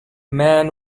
man